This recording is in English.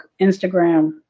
Instagram